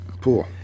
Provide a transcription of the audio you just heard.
Pool